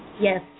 Yes